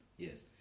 Yes